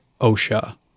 OSHA